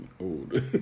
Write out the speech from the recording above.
old